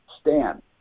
stand